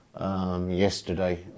yesterday